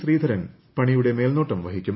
ശ്രീധരൻ പണിയുടെ മേൽനോട്ടം വഹിക്കും